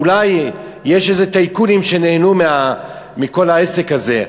אולי יש איזה טייקונים שנהנו מכל העסק הזה,